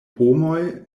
pomoj